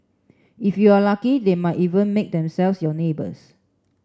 if you are lucky they might even make themselves your neighbours